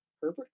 Herbert